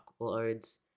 uploads